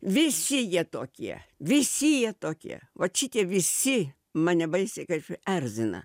visi jie tokie visi jie tokie vat šitie visi mane baisiai kaip erzina